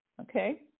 okay